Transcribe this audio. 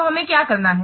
तो हमें क्या करना है